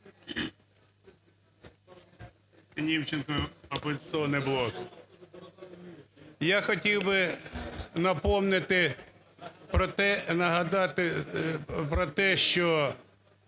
Німченко, "Опозиційний блок". Я хотів би напомнити про те… нагадати про те, що